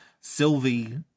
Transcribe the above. Sylvie